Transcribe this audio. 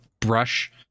brush